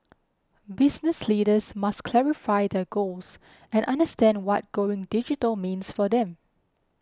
business leaders must clarify their goals and understand what going digital means for them